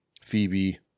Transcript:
Phoebe